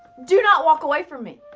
do not walk away from me!